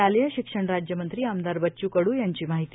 शालेय शिक्षण राज्यमंत्री आमदार बच्चू कडू यांची माहिती